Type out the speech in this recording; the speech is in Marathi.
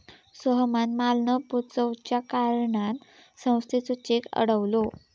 सोहमान माल न पोचवच्या कारणान संस्थेचो चेक अडवलो